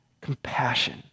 compassion